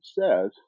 says